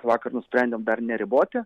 vakar nusprendėm dar neriboti